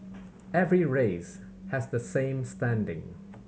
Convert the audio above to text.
every race has the same standing